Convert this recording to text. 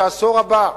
שהעשור הבא,